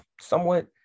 somewhat